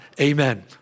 Amen